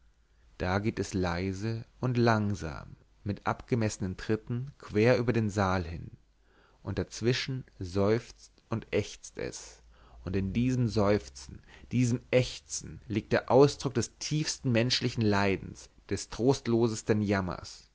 da geht es leise und langsam mit abgemessenen tritten quer über den saal hin und dazwischen seufzt und ächzt es und in diesem seufzen diesem ächzen liegt der ausdruck des tiefsten menschlichen leidens des trostlosesten jammers